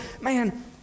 Man